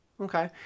Okay